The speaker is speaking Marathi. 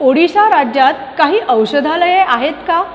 ओडिसा राज्यात काही औषधालये आहेत का